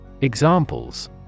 Examples